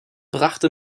brachte